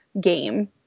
game